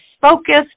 focused